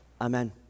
Amen